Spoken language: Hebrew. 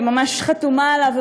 והיא ממש חתומה עליו,